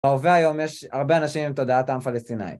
בהווה היום, יש הרבה אנשים עם תודעת עם פלסטינאי.